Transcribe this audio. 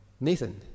Nathan